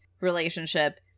relationship